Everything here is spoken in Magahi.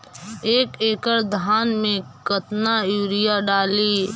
एक एकड़ धान मे कतना यूरिया डाली?